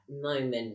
moment